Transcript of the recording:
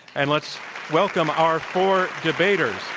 and let's welcome our four debaters.